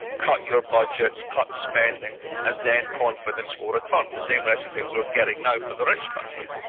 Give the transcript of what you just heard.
cut your budgets, cut spending, and then confidence will return. and the same recipe we're getting now for the rich countries.